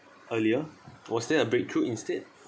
earlier was there a breakthrough instead